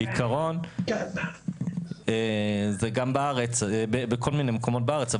בעיקרון זה בכל מיני מקומות בארץ,